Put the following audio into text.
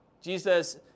Jesus